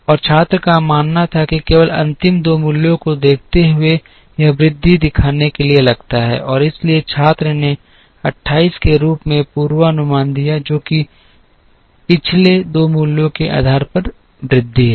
और छात्र का मानना था कि केवल अंतिम 2 मूल्यों को देखते हुए यह वृद्धि दिखाने के लिए लगता है और इसलिए छात्र ने 28 के रूप में पूर्वानुमान दिया जो कि पिछले 2 मूल्यों के आधार पर वृद्धि है